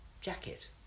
jacket